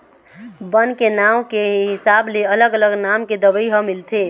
बन के नांव के हिसाब ले अलग अलग नाम के दवई ह मिलथे